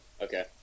Okay